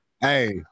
Hey